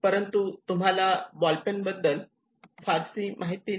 परंतु तुम्हाला बॉलपेन बद्दल माहिती नाही